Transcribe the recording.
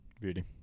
Beauty